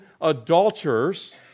adulterers